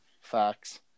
Facts